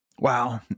Wow